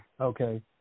Okay